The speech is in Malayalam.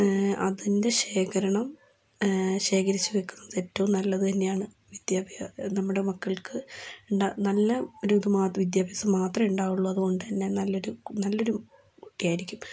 അതിന്റെ ശേഖരണം ശേഖരിച്ചു വയ്ക്കുന്നത് ഏറ്റവും നല്ലത് തന്നെയാണ് നമ്മുടെ മക്കള്ക്ക് നല്ല ഒരിത് മാത്രം വിദ്യാഭ്യാസം മാത്രമേ ഉണ്ടാവുള്ളൂ അതുകൊണ്ടുതന്നെ നല്ലൊരു നല്ലൊരു കുട്ടിയായിരിക്കും